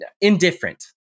Indifferent